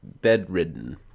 bedridden